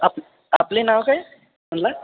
आप आपले नाव काय म्हणाला